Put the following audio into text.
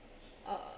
uh